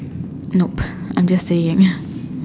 nope I am just saying